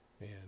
man